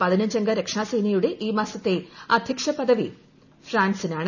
പതിനഞ്ചംഗ രക്ഷാസേന യുടെ ഈ മാസത്തെ അധ്യക്ഷ പദവി ഫ്രാൻസിനാണ്